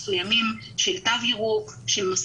אני חושב שמשרד התיירות צריך להגיש טופס מיוחד שבו כל הנתונים,